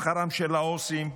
לשכרם של העו"סים,